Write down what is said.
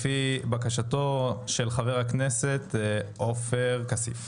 לפי בקשתו של חבר הכנסת עופר כסיף.